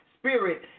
Spirit